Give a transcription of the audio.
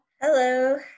Hello